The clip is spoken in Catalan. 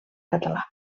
català